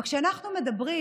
אבל כשאנחנו מדברים